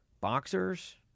boxers